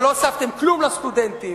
אבל לא הוספתם כלום לסטודנטים.